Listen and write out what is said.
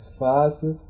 fácil